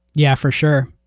yeah, for sure.